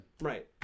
Right